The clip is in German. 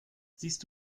siehst